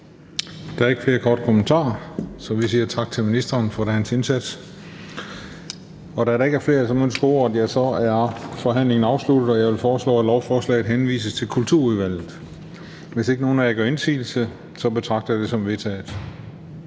Der er ikke flere korte bemærkninger, så vi siger tak til ministeren for dagens indsats. Da der ikke er flere, som ønsker ordet, er forhandlingen sluttet. Jeg foreslår, at lovforslaget henvises til Kulturudvalget. Hvis ingen gør indsigelse, betragter jeg det som vedtaget.